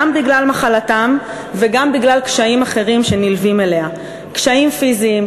גם בגלל מחלתם וגם בגלל קשיים אחרים שנלווים אליה: קשיים פיזיים,